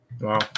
wow